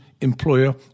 employer